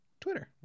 Twitter